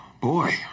Boy